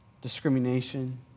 discrimination